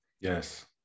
Yes